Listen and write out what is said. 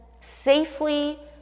safely